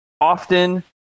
often